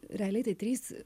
realiai tai trys